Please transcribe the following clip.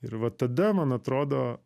ir va tada man atrodo